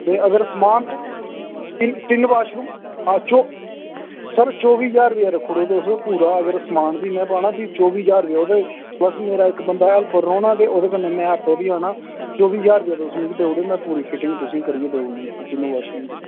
ते अगर समान बी तिन वाशरूम आं चो सर चौबी ज्हार रपेआ रक्खी ओड़ेओ तुस पूरा अगर समान बी में पाना फ्ही चौबी ज्हार रपेआ ते बस मेरा इक बंदा हेल्पर रौह्ना ते ओह्दे कन्नै में आपें बी होना चौबी ज्हार रपेआ तुस मिगी देई उड़ेओ में पूरी फिटिंग तुसेंगी करियै दई ओड़नी तिन्नो वाशरूम दी